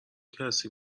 کسی